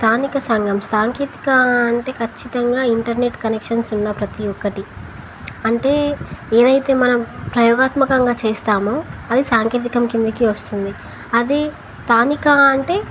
స్థానిక సంఘం సాంకేతిక అంటే చ్చితంగా ఇంటర్నెట్ కనెక్షన్స్ ఉన్న ప్రతి ఒక్కటి అంటే ఏదైతే మనం ప్రయోగాత్మకంగా చేస్తామో అది సాంకేతికం కిందికి వస్తుంది అది స్థానిక అంటే